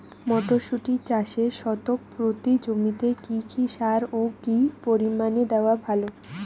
মটরশুটি চাষে শতক প্রতি জমিতে কী কী সার ও কী পরিমাণে দেওয়া ভালো?